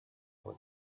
for